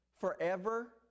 forever